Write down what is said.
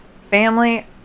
family